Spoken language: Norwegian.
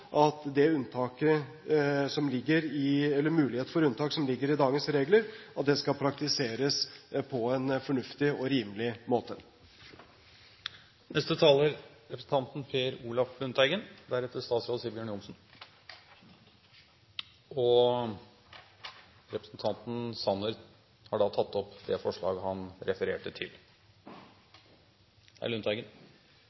muligheten for unntak som ligger i dagens regler, skal praktiseres på en fornuftig og rimelig måte. Jeg tar opp forslaget fra Høyre, Kristelig Folkeparti og Venstre. Representanten Jan Tore Sanner har tatt opp det forslaget han refererte til.